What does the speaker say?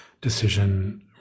decision